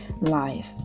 life